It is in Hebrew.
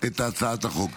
את הצעת החוק.